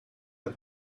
the